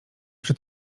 przy